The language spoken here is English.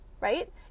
right